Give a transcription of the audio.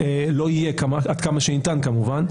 עד כמה שניתן כמובן,